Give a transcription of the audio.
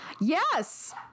Yes